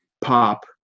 pop